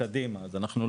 שוקלים" זו לא